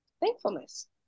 thankfulness